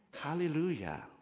Hallelujah